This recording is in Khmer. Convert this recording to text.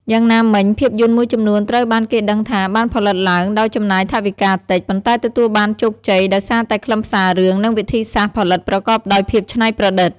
យ៉ាងណាមិញ ភាពយន្តមួយចំនួនត្រូវបានគេដឹងថាបានផលិតឡើងដោយចំណាយថវិកាតិច ប៉ុន្តែទទួលបានជោគជ័យដោយសារតែខ្លឹមសាររឿង និងវិធីសាស្ត្រផលិតប្រកបដោយភាពច្នៃប្រឌិត។